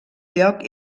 lloc